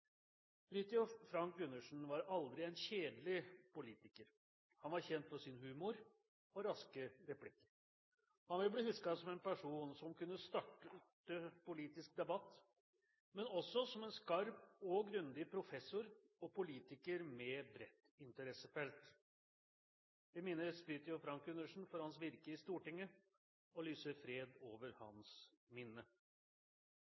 Frank Gundersen var aldri en kjedelig politiker. Han var kjent for sin humor og raske replikk. Han vil bli husket som en person som kunne starte en politisk debatt, men også som en skarp og grundig professor og politiker med et bredt interessefelt. Vi minnes Fridtjof Frank Gundersen for hans virke i Stortinget og lyser fred over